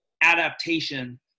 adaptation